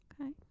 Okay